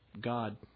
God